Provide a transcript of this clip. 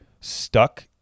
Stuck